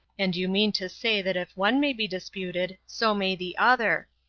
and you mean to say that if one may be disputed, so may the other.